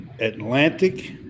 Atlantic